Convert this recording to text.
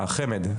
חמד,